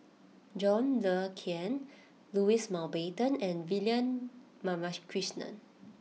John Le Cain Louis Mountbatten and Vivian Balakrishnan